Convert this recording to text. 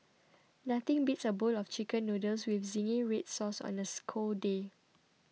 nothing beats a bowl of Chicken Noodles with Zingy Red Sauce on a cold day